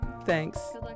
Thanks